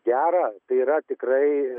gerą tai yra tikrai